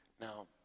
Now